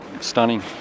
stunning